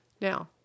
Now